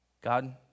God